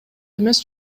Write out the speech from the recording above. эмес